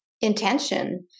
intention